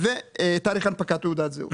ותאריך הנפקת תעודת זהות.